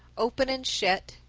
open and shet,